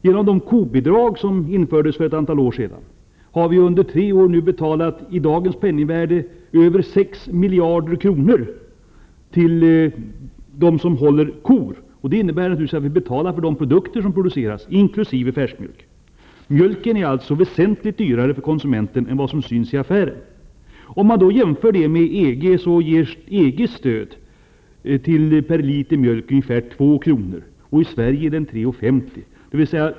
Genom de kobidrag som infördes för ett antal år sedan har vi under tre år i dagens penningvärde nu betalat över 6 miljarder kronor till dem som håller kor. Det innebär naturligtvis att vi beta lar mer för de produkter som de framställer, inkl. färskmjölk. Mjölken är alltså väsentligt dyrare för konsumenten än vad som syns i affären. Låt oss jämföra med hur det är i EG. EG ger per liter mjölk ett stöd om ungefär 2 kr. I Sverige uppgår stödet till 3:50 kr.